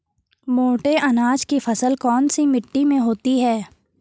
मोटे अनाज की फसल कौन सी मिट्टी में होती है?